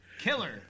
Killer